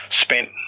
spent